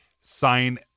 sign